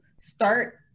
start